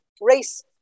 race